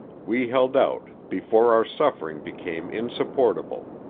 we held out before our suffering became insupportable.